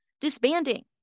disbanding